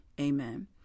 Amen